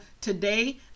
today